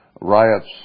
riots